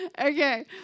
Okay